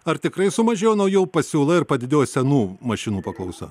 ar tikrai sumažėjo naujų pasiūla ir padidėjo senų mašinų paklausa